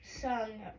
sung